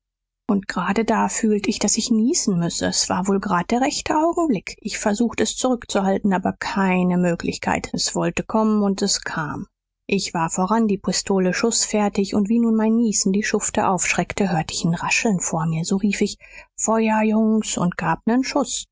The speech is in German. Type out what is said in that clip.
und gerade da fühlt ich daß ich niesen müsse s war wohl grad der rechte augenblick ich versucht es zurückzuhalten aber keine möglichkeit s wollte kommen und s kam ich war voran die pistole schußfertig und wie nun mein niesen die schufte aufschreckte hört ich n rascheln vor mir so rief ich feuer jungens und gab nen schuß